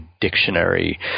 dictionary